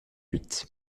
huit